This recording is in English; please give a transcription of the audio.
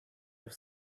have